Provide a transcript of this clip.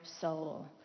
soul